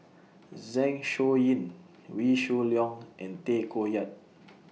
Zeng Shouyin Wee Shoo Leong and Tay Koh Yat